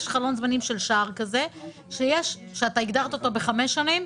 יש חלון זמנים של שער כזה שאתה הגדרת אותו בחמש שנים,